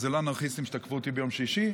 אז זה לא אנרכיסטים שתקפו אותי ביום שישי,